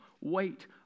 weight